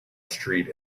street